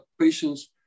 patient's